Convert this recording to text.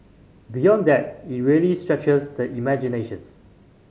beyond that it really stretches the imaginations